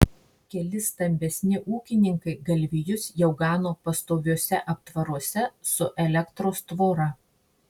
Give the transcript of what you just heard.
keli stambesni ūkininkai galvijus jau gano pastoviuose aptvaruose su elektros tvora